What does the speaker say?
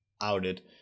outed